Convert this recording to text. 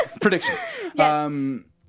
prediction